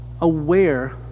aware